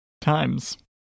times